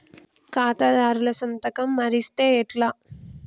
ఖాతాదారుల సంతకం మరిస్తే ఎట్లా?